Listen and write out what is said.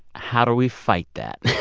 how do we fight that?